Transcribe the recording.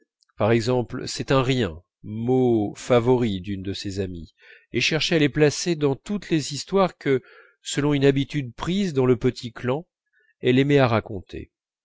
de ses amies et cherchait à les placer dans toutes les histoires que selon une habitude prise dans le petit clan elle aimait à raconter